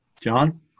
John